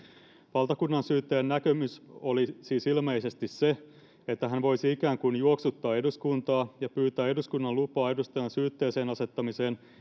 valtakunnansyyttäjän näkemys oli siis ilmeisesti se että hän voisi ikään kuin juoksuttaa eduskuntaa ja pyytää eduskunnan lupaa edustajan syytteeseen asettamiseen